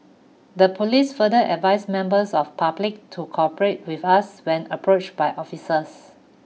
the police further advised members of public to cooperate with us when approached by officers